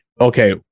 okay